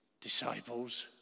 disciples